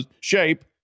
shape